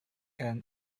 and